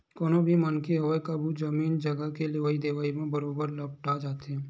कोनो भी मनखे होवय कभू कभू जमीन जघा के लेवई देवई म बरोबर लपटा जाथे